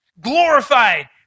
Glorified